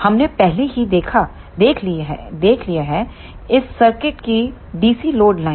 हमने पहले ही देख ली है इस सर्किट की डीसी लोड लाइन